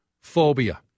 phobia